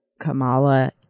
Kamala